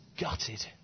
gutted